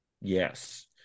Yes